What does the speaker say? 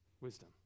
wisdom